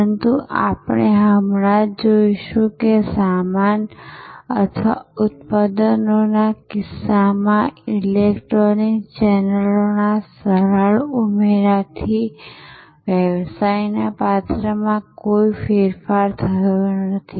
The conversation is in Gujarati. પરંતુ આપણે હમણાં જ જોઈશું કે સામાન અથવા ઉત્પાદનોના કિસ્સામાં ઈલેક્ટ્રોનિક ચેનલોના સરળ ઉમેરાથી વ્યવસાયના પાત્રમાં કોઈ ફેરફાર થયો નથી